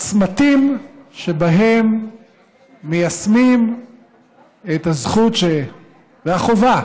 צמתים שבהם מיישמים את הזכות והחובה